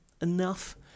enough